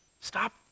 Stop